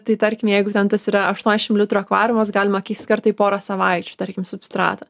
tai tarkim jeigu ten tas yra aštuoniasdešim litrų akvariumas galima keist kartą į porą savaičių tarkim substratą